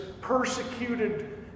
persecuted